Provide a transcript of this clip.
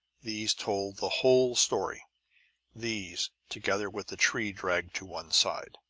these told the whole story these, together with the tree dragged to one side.